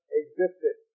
existed